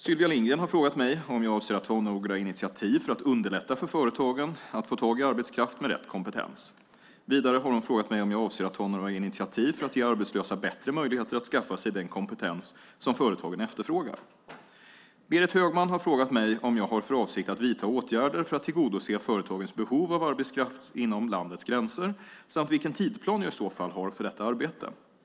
Sylvia Lindgren har frågat mig om jag avser att ta några initiativ för att underlätta för företagen att få tag i arbetskraft med rätt kompetens. Vidare har hon frågat mig om jag avser att ta några initiativ för att ge arbetslösa bättre möjligheter att skaffa sig den kompetens som företagen efterfrågar. Berit Högman har frågat mig om jag har för avsikt att vidta åtgärder för att tillgodose företagens behov av arbetskraft inom landets gränser samt vilken tidsplan jag i så fall har för detta arbete.